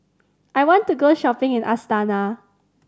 I want to go shopping in Astana